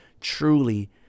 truly